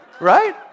Right